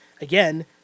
again